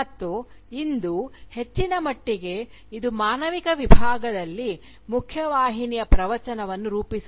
ಮತ್ತು ಇಂದು ಹೆಚ್ಚಿನ ಮಟ್ಟಿಗೆ ಇದು ಮಾನವಿಕ ವಿಭಾಗದಲ್ಲಿ ಮುಖ್ಯವಾಹಿನಿಯ ಪ್ರವಚನವನ್ನು ರೂಪಿಸುತ್ತದೆ